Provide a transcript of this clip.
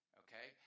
okay